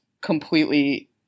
completely